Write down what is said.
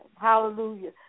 hallelujah